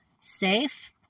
safe